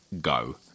Go